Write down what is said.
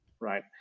Right